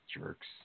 jerks